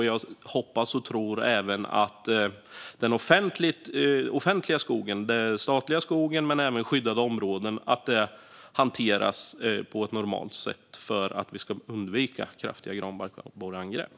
Jag hoppas och tror även att den offentliga skogen - den statliga skogen och skyddade områden - hanteras på ett normalt sätt för att vi ska undvika kraftiga granbarkborreangrepp.